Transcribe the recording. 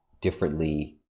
differently